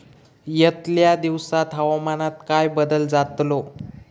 यतल्या दिवसात हवामानात काय बदल जातलो?